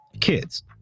kids